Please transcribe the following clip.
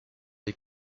les